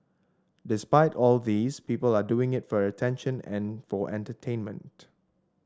despite all these people are doing it for attention and for entertainment